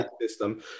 system